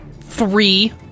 Three